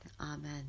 Amen